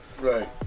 Right